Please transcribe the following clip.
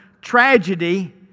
tragedy